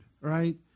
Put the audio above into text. Right